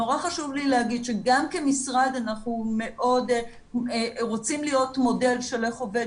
נורא חשוב לי להגיד שגם כמשרד אנחנו רוצים להיות מודל של איך עובד